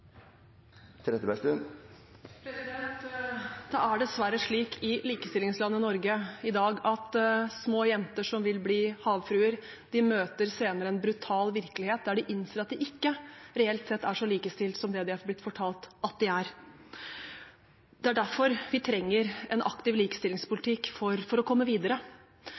replikkordskifte. Det er dessverre slik i likestillingslandet Norge i dag at små jenter som vil bli havfruer, senere møter en brutal virkelighet der de innser at de ikke, reelt sett, er så likestilt som de er blitt fortalt at de er. Det er derfor vi trenger en aktiv likestillingspolitikk – for å komme videre.